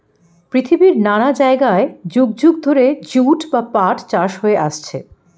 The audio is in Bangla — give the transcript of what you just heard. পৃথিবীর নানা জায়গায় যুগ যুগ ধরে জুট বা পাট চাষ হয়ে আসছে